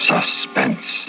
Suspense